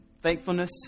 Thankfulness